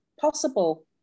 possible